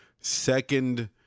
second